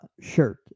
shirt